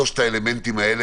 שלושת האלמנטים האלה,